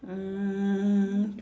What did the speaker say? uh